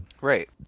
right